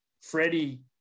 Freddie